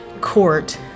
court